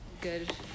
good